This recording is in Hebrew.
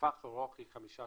בטווח הארוך היא 6%-5%,